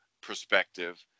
perspective